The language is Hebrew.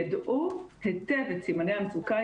ידעו היטב את סימני המצוקה,